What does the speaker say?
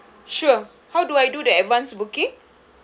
sure how do I do that advance booking